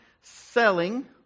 selling